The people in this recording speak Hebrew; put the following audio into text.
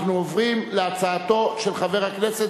אני עובר להצעה העצמאית של חבר הכנסת